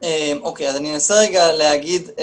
אני אנסה להגיד.